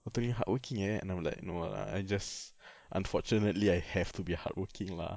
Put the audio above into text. utterly hardworking eh and I'm like no lah I just unfortunately I have to be a hardworking lah